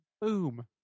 boom